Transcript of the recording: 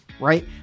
right